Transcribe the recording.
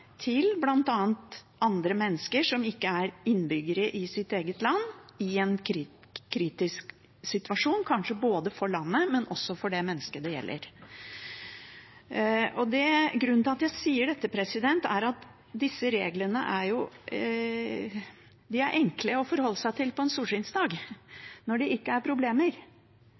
til bl.a. andre mennesker som ikke er innbyggere i sitt eget land, i en kritisk situasjon – kanskje for landet, men også for det mennesket det gjelder. Grunnen til at jeg sier dette, er at disse reglene er enkle å forholde seg til på en solskinnsdag, når det ikke er problemer.